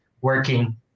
working